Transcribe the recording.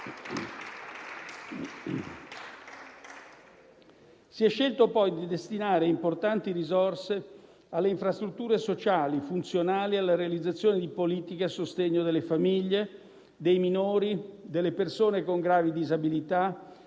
Si è scelto poi di destinare importanti risorse alle infrastrutture sociali funzionali alla realizzazione di politiche a sostegno delle famiglie, dei minori, delle persone con gravi disabilità